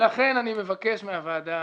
לכן אני מבקש מהוועדה